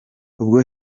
ubwo